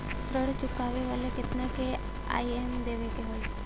ऋण चुकावेला केतना ई.एम.आई देवेके होई?